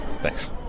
Thanks